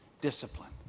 discipline